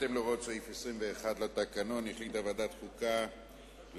בהתאם להוראות סעיף 121 לתקנון החליטה ועדת החוקה להביא